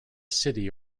city